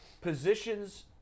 positions